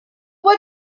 what